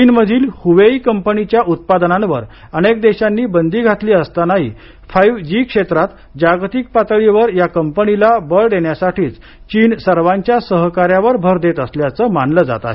चीनमधील हुवेई कंपनीच्या उत्पादनांवर अनेक देशांनी बंदी घातली असतानाही फाईव्ह जी क्षेत्रात जागतिक पातळीवर या कंपनीला बळ देण्यासाठीच चीन सर्वांच्या सहकार्यावर भर देत असल्याचं मानलं जात आहे